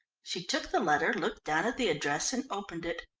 she took the letter, looked down at the address and opened it.